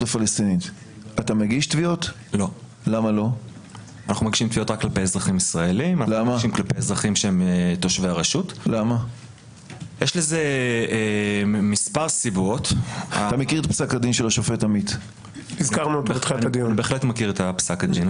השעה 09:30. אנחנו בדיון מהיר בעניין "מדיניות פרקליטות המדינה